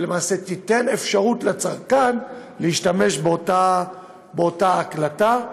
שלמעשה תיתן אפשרות לצרכן להשתמש באותה הקלטה,